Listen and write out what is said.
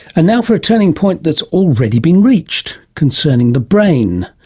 ah now for a turning point that's already been reached concerning the brain.